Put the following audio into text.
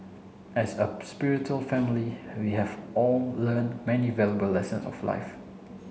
as a spiritual family we have all learn many valuable lessons of life